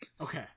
Okay